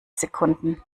sekunden